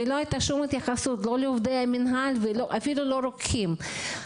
ולא הייתה שום התייחסות לעובדי המינהל ואפילו לא לרוקחים.